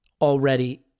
already